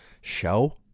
Show